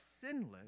sinless